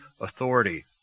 authority